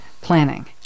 planning